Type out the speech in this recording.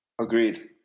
Agreed